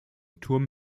turm